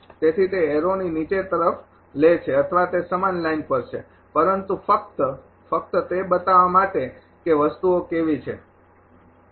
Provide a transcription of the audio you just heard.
તેથી તે એરોને નીચે તરફ લે છે અથવા તે સમાન લાઇન પર છે પરંતુ ફક્ત ફકત તે બતાવવા માટે કે વસ્તુઓ કેવી છે